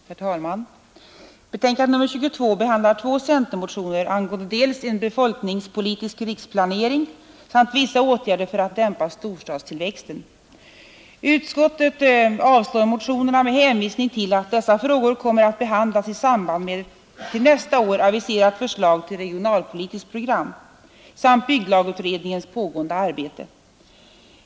Herr talman! Civilutskottets betänkande nr 22 behandlar två centermotioner angående dels en befolkningspolitisk riksplanering, dels vissa åtgärder för att dämpa storstadstillväxten. Utskottet avstyrker motionerna med hänvisning till att dessa frågor kommer att behandlas i samband med ett till nästa år aviserat förslag till regionalpolitiskt program samt bygglagutredningens pägäende arbete.